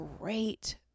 great